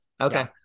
Okay